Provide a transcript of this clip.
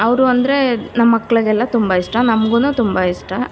ಅವರು ಅಂದರೆ ನಮ್ಮ ಮಕ್ಳಿಗೆಲ್ಲ ತುಂಬ ಇಷ್ಟ ನಮ್ಗೂ ತುಂಬ ಇಷ್ಟ